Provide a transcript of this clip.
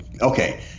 Okay